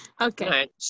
Okay